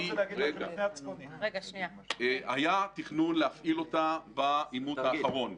היה תכנון להפעיל אותה בעימות האחרון.